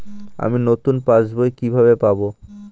আমি নতুন পাস বই কিভাবে পাব?